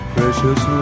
Precious